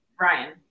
Ryan